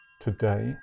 Today